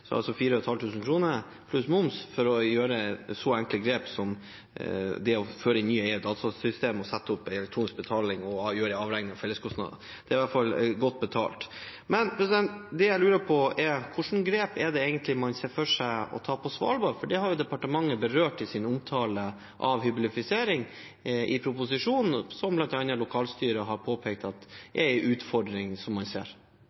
altså 4 500 kr pluss moms for å gjøre så enkle grep som å føre ny eier inn i et datasystem, sette opp en elektronisk betaling og gjøre avregning av felleskostnader. Det er i hvert fall godt betalt. Men det jeg lurer på, er: Hva slags grep er det egentlig man ser for seg å ta på Svalbard? Det har departementet berørt i sin omtale av hyblifisering i proposisjonen, som bl.a. lokalstyret har påpekt er en utfordring som man ser?